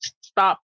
stop